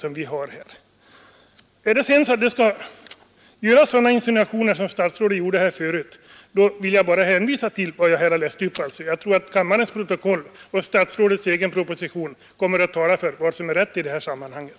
Skall det sedan göras sådana insinuationer som statsrådet gjorde här, då vill jag bara hänvisa till vad jag läst upp. Jag tror att kammarens protokoll och statsrådets egen proposition ger vid handen vad som är rätt i det här sammanhanget.